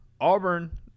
Auburn